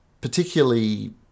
particularly